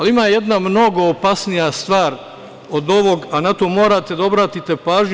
Ima jedna mnogo opasnija stvar od ovog, a na to morate da obratite pažnju.